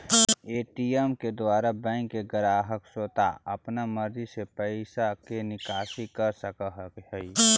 ATM के द्वारा bank के ग्राहक स्वता अपन मर्जी से पैइसा के निकासी कर सकऽ हइ